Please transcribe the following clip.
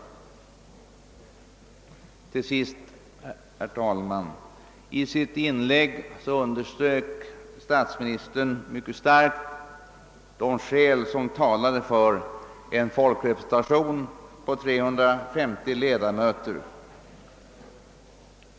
Herr talman! I sitt inlägg underströk statsministern mycket kraftigt de skäl som talar för en folkrepresentation på 390 ledamöter.